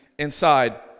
Inside